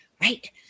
right